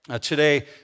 Today